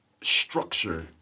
structure